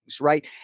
Right